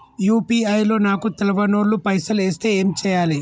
UPI లో నాకు తెల్వనోళ్లు పైసల్ ఎస్తే ఏం చేయాలి?